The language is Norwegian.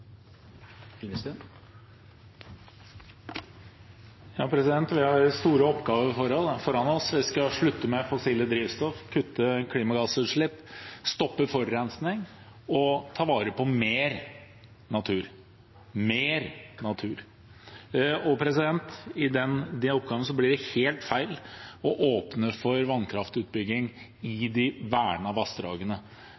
Vi har store oppgaver foran oss hvis vi skal slutte med fossile drivstoff, kutte klimagassutslipp, stoppe forurensning og ta vare på mer natur – mer natur. I de oppgavene blir det helt feil å åpne for vannkraftutbygging i